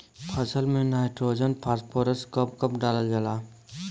फसल में nitrogen phosphorus कब कब डालल जाला?